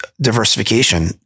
diversification